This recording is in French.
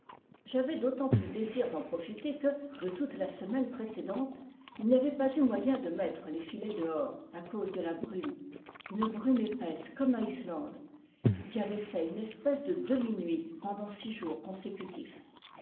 j'avais d'autant plus désir d'en profiter que de toute la semaine précédente il n'y avait pas eu moyen de mettre les filets dehors à cause de la brume une brume épaisse comme à islande qui avait fait une espèce de demi nuit pendant six jours consécutifs